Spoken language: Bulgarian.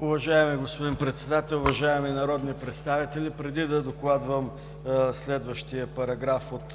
Уважаеми господин Председател, уважаеми колеги народни представители! Преди да докладвам следващия параграф от